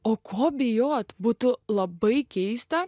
o ko bijoti būtų labai keista